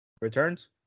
Returns